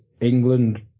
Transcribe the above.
England